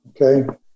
Okay